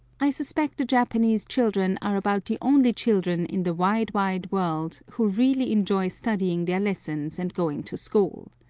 i suspect the japanese children are about the only children in the wide, wide world who really enjoy studying their lessons and going to school.